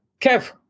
Kev